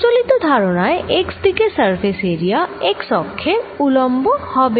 প্রচলিত ধারণায় x দিকে সারফেস এরিয়া x অক্ষের উলম্ব হবে